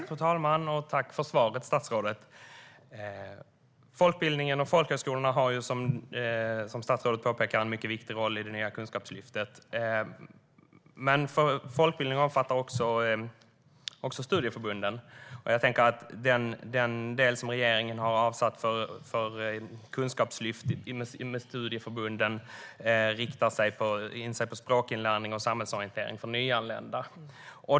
Fru talman! Tack för svaret, statsrådet! Folkbildningen och folkhögskolorna har, som statsrådet påpekar, en mycket viktig roll i det nya kunskapslyftet. Men folkbildningen omfattar också studieförbunden, och jag tänker att den del som regeringen har avsatt för kunskapslyft inom studieförbunden riktar in sig på språkinlärning och samhällsorientering för nyanlända.